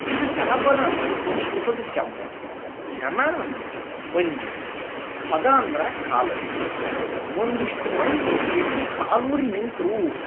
ಇದು ಜನಪದ ಅನ್ನೋದು ಸಂಸ್ಕೃತದ ಶಬ್ದ ಜನ ಅಂದ್ರ ಮಂದಿ ಪದ ಅಂದ್ರ ಕಾಲ ಒಂದಿಷ್ಟು ಮಂದಿ ಎಲ್ಲಿ ಕಾಲೂರಿ ನಿಂತರೂ